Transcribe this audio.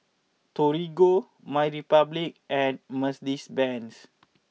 Torigo MyRepublic and Mercedes Benz